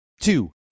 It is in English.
Two